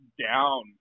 down